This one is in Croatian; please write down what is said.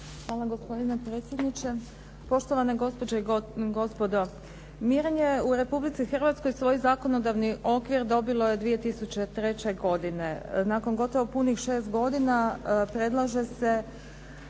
Hvala gospodine predsjedniče. Poštovane gospođe i gospodo. Mirenje u Republici Hrvatskoj svoj zakonodavni okvir dobilo je 2003. godine. Nakon gotovo punih 6 godina predlaže se